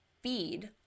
feed